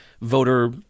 voter